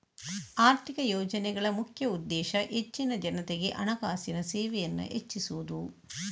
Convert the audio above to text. ಆರ್ಥಿಕ ಯೋಜನೆಗಳ ಮುಖ್ಯ ಉದ್ದೇಶ ಹೆಚ್ಚಿನ ಜನತೆಗೆ ಹಣಕಾಸಿನ ಸೇವೆಯನ್ನ ಹೆಚ್ಚಿಸುದು